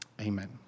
amen